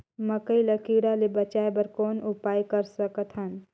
मकई ल कीड़ा ले बचाय बर कौन उपाय कर सकत हन?